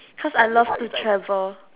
cause I love to travel